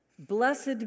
Blessed